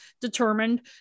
determined